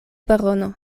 barono